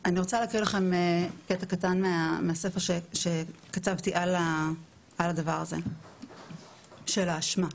אני רוצה להקריא לכם קטע קטן מהספר שכתבתי על הדבר הזה של האשמה.